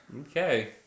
Okay